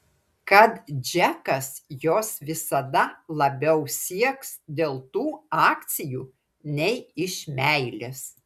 kad džekas jos visada labiau sieks dėl tų akcijų nei iš meilės